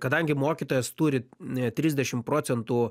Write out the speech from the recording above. kadangi mokytojas turi trisdešim procentų